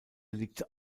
liegt